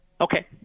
Okay